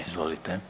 Izvolite.